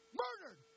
murdered